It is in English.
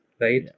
Right